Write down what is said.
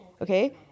okay